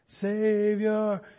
Savior